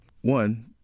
one